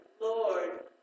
Lord